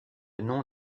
nom